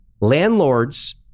Landlords